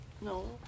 No